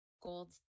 gold